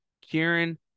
Kieran